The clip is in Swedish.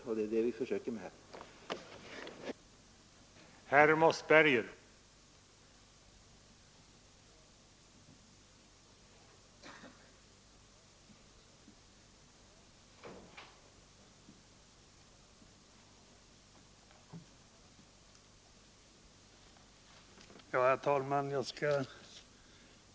Det är det som vi har försökt göra här.